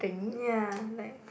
ya like